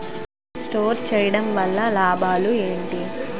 Store చేయడం వల్ల లాభాలు ఏంటి?